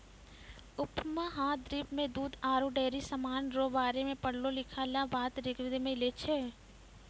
उपमहाद्वीप मे दूध आरु डेयरी समान रो बारे मे पढ़लो लिखलहा बात ऋग्वेद मे मिलै छै